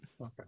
okay